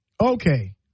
okay